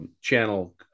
channel